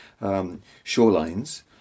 shorelines